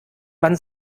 wann